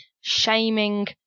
shaming